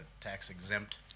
tax-exempt